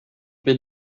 blir